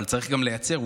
אבל צריך גם לייצר,